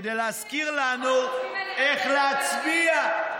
כדי להזכיר לנו איך להצביע.